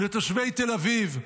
לתושבי תל אביב,